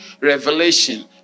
revelation